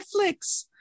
Netflix